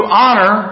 honor